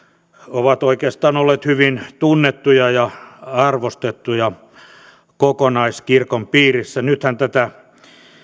ovat oikeastaan olleet hyvin tunnettuja ja arvostettuja kokonaiskirkon piirissä nythän tätä